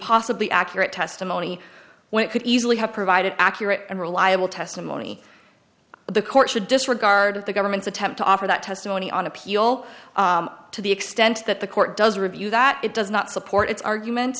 possibly accurate testimony when it could easily have provided accurate and reliable testimony but the court should disregard of the government's attempt to offer that testimony on appeal to the extent that the court does review that it does not support its argument